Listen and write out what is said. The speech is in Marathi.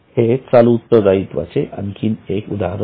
हे चालू उत्तरदायित्वाची आणखीन एक उदाहरण